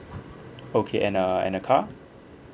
okay and err and a car